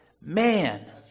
man